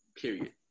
Period